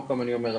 עוד פעם אני אומר,